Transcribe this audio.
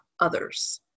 others